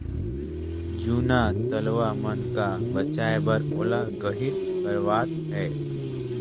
जूना तलवा मन का बचाए बर ओला गहिर करवात है